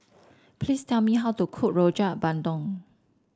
please tell me how to cook Rojak Bandung